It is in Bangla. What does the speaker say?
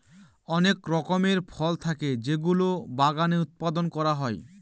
অনেক রকমের ফল থাকে যেগুলো বাগানে উৎপাদন করা হয়